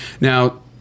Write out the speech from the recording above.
Now